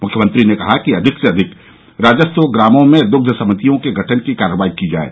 मुख्यमंत्री ने कहा कि अधिक से अधिक राजस्व ग्रामों में दृष्य समितियों के गठन की कार्रवाई की जाये